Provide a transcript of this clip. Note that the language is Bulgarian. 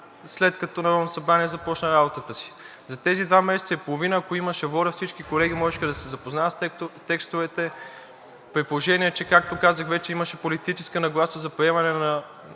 след като Народното събрание започна работата си. За тези два месеца и половина, ако имаше воля, всички колеги можеха да се запознаят с текстовете, при положение че, както казах вече, имаше политическа нагласа за приемане на